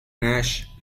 nash